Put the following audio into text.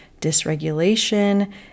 dysregulation